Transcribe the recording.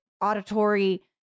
auditory